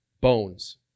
bones